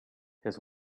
his